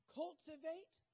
cultivate